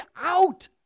out